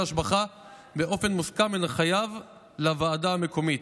השבחה באופן מוסכם בין החייב לוועדה המקומית.